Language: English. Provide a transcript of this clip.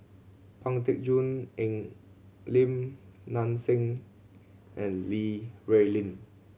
Pang Teck Joon Lim Nang Seng and Li Rulin